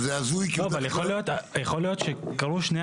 על כל פנים, לרוב סוללה של עורכי